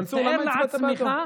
מנסור, למה הצבעת בעדו?